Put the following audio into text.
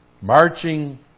marching